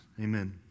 Amen